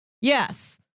Yes